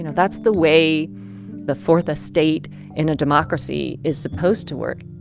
you know that's the way the fourth estate in a democracy is supposed to work